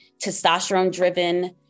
testosterone-driven